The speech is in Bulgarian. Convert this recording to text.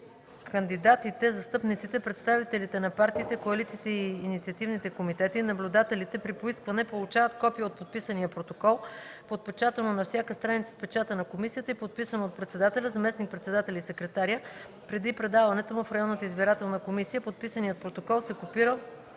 кандидатите, застъпниците, представителите на партиите, коалициите и инициативните комитети и наблюдателите при поискване получават копие от подписания протокол по чл. 291, подпечатано на всяка страница с печата на комисията и подписано от председателя, заместник-председателя и секретаря, преди предаването му в Централната избирателна комисия. Подписаният протокол се копира